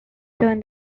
turn